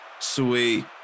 Sweet